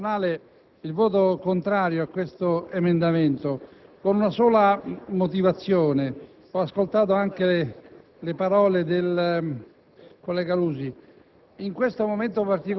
quale probabilmente la lucidità di questo Parlamento, la lucidità di quest'Aula, ha portato il senatore Legnini a fare questa proposta. Sarebbe un grande segno di saggezza,